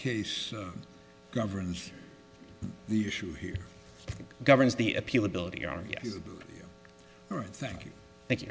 case governs the issue here governs the appeal ability or right thank you thank you